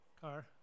Car